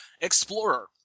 Explorer